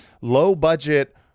low-budget